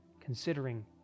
considering